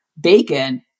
bacon